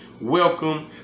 Welcome